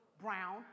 brown